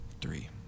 Three